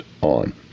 on